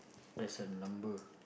there's a number